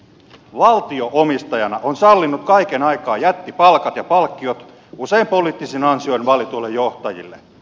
valtio omistajana on sallinut kaiken aikaa jättipalkat ja palkkiot usein poliittisin ansioin valituille johtajille